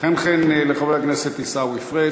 חן חן לחבר הכנסת עיסאווי פריג'.